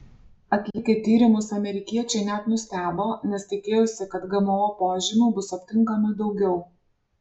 atlikę tyrimus amerikiečiai net nustebo nes tikėjosi kad gmo požymių bus aptinkama daugiau